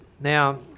Now